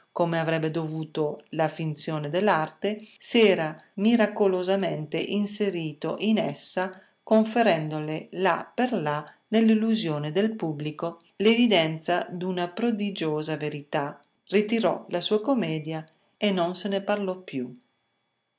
come avrebbe dovuto la finzione dell'arte s'era miracolosamente inserito in essa conferendole lì per lì nell'illusione del pubblico l'evidenza d'una prodigiosa verità ritirò la sua commedia e non se ne parlò più